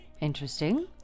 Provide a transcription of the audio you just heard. Interesting